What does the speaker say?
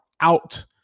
out